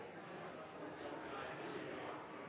kan jeg